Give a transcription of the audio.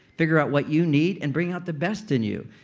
figure out what you need, and bring out the best in you.